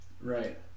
Right